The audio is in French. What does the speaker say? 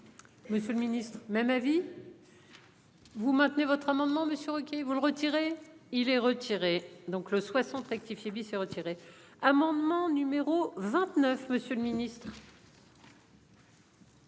Monsieur le Ministre même avis. Vous maintenez votre amendement Monsieur Ruquier OK vous le retirer, il est retiré. Donc le 60 rectifié se retirer, amendement numéro 29. Monsieur le Ministre.